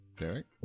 Derek